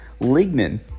Lignin